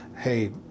hey